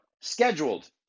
scheduled